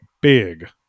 big